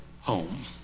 home